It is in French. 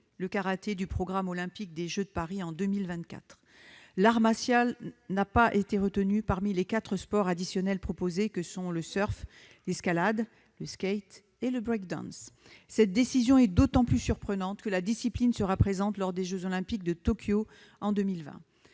le karaté du programme olympique des Jeux de Paris en 2024. L'art martial n'a pas été retenu parmi les quatre sports additionnels proposés que sont le surf, l'escalade, le skateboard et le breakdance. Cette décision est d'autant plus surprenante que la discipline sera présente lors des jeux Olympiques de Tokyo en 2020.